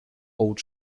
old